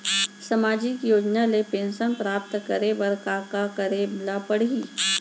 सामाजिक योजना ले पेंशन प्राप्त करे बर का का करे ल पड़ही?